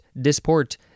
disport